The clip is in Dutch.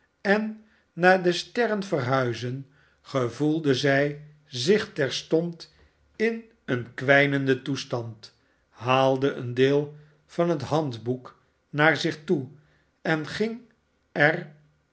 en naar de sterren verhuizen gevoelde zij zich terstond in een kwijnenden toestand haalde een deel van het handboek naar zich toe en ging er